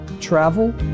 travel